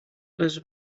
les